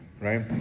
Right